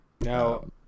No